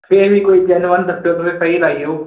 ਫੇਰ ਵੀ ਕੋਈ ਜੈਨੂਅਨ ਦੱਸਿਓ ਤੁਸੀਂ ਸਹੀ ਲਾਇਓ